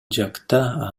жакта